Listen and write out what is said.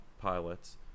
pilots